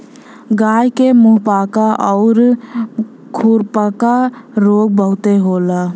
गाय के मुंहपका आउर खुरपका रोग बहुते होला